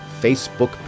Facebook